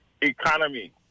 Economy